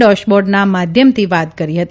ડેશબોર્ડના માધ્યમથી વાત કરી હતી